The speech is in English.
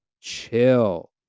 chill